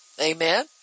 Amen